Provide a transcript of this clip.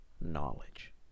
knowledge